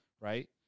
right